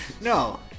No